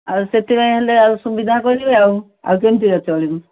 ଆଉ ସେଥିପାଇଁ ହେଲେ ଆଉ ସୁବିଧା କରିବେ ଆଉ ଆଉ କେମିତିକା ଚଳିବୁ